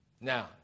Now